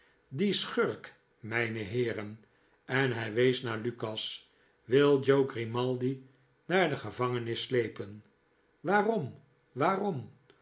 die schurk mijne heeren en hij wees naar lukas wil joe grimaldi naar de gevangenis sleepen waarom waarorn